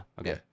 Okay